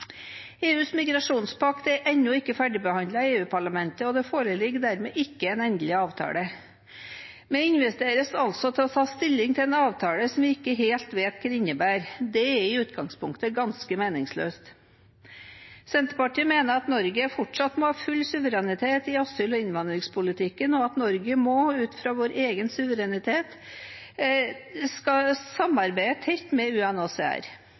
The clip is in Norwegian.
EUs migrasjonspakt er ennå ikke ferdigbehandlet i EU-parlamentet, og det foreligger dermed ikke en endelig avtale. Vi inviteres altså til å ta stilling til en avtale vi ikke helt vet hva innebærer. Det er i utgangspunktet ganske meningsløst. Senterpartiet mener at Norge fortsatt må ha full suverenitet i asyl- og innvandringspolitikken, og at Norge ut fra vår egen suverenitet skal samarbeide tett med